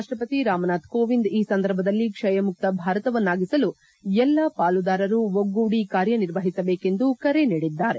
ರಾಷ್ಟಪತಿ ರಾಮನಾಥ್ ಕೋವಿಂದ್ ಈ ಸಂದರ್ಭದಲ್ಲಿ ಕ್ಷಯಮುಕ್ತ ಭಾರತ ವನ್ನಾಗಿಸಲು ಎಲ್ಲಾ ಪಾಲುದಾರರು ಒಗ್ಗೂಡಿ ಕಾರ್ಯ ನಿರ್ವಹಿಸಬೇಕೆಂದು ಕರೆ ನೀಡಿದ್ದಾರೆ